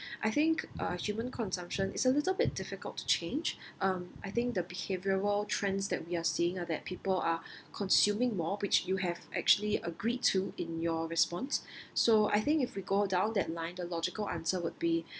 I think uh human consumption is a little bit difficult to change um I think the behavioural trends that we are seeing and that people are consuming more which you have actually agreed to in your response so I think if we go down that line the logical answer would be